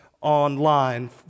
online